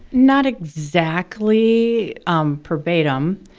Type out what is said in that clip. not exactly um verbatim,